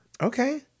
Okay